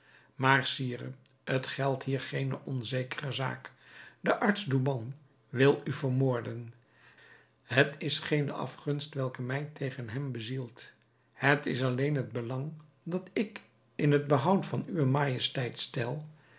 maar sire het geldt hier geene onzekere zaak de arts douban wil u vermoorden het is geene afgunst welke mij tegen hem bezielt het is alleen het belang dat ik in het behoud van uwe majesteit stel